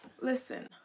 Listen